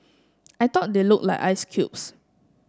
I thought they looked like ice cubes